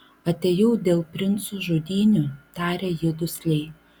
atėjau dėl princų žudynių tarė ji dusliai